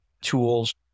tools